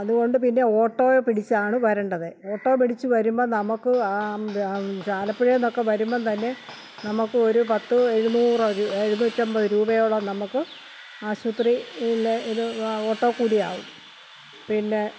അതുകൊണ്ട് പിന്നെ ഓട്ടോ പിടിച്ചാണ് വരേണ്ടത് ഓട്ടോ പിടിച്ച് വരുമ്പം നമുക്ക് ആലപ്പുഴയിൽ നിന്നൊക്കെ വരുമ്പം തന്നെ നമുക്ക് ഒരു പത്ത് എഴുന്നൂറ് എഴുന്നൂറ്റൻപത് രൂപയോളം നമുക്ക് ആശുപത്രിയിൽ ഇത് ഓട്ടോ കൂലി ആകും പിന്നെ